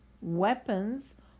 weapons